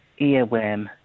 earworm